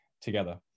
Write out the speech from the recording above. together